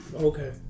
okay